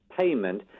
payment